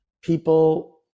people